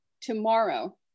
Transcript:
tomorrow